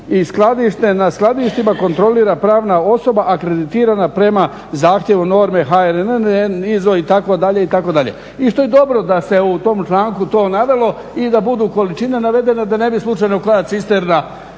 na skladištima kontrolira pravna osoba akreditirana prema zahtjevu norme … itd. i što je dobro da se u tom članku to navelo i da budu količine navedene da ne bi slučajno koja cisterna